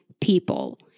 people